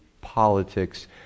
politics